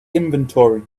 inventory